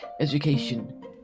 education